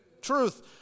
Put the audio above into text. truth